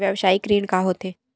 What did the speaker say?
व्यवसायिक ऋण का होथे?